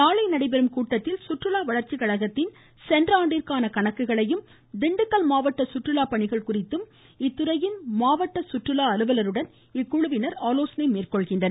நாளை நடைபெறும் கூட்டத்தில் சுற்றுலா வளர்ச்சிக்கழகத்தின் சென்ற ஆண்டிற்கான கணக்குகளையும் திண்டுக்கல் மாவட்ட சுற்றுலா பணிகள் குறித்தும் இத்துறையின் மாவட்ட சுற்றுலா அலுவலருடன் இக்குழுவினர் ஆலோசனை மேற்கொள்கின்றனர்